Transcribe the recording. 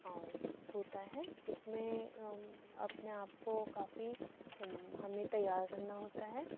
और होता है इसमें अपने आप को काफ़ी हमें तैयार करना होता है